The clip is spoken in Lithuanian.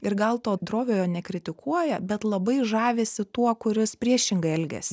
ir gal to droviojo nekritikuoja bet labai žavisi tuo kuris priešingai elgias